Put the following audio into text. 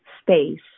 space